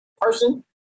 person